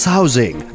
Housing